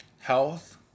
health